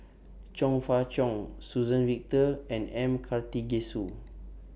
Chong Fah Cheong Suzann Victor and M Karthigesu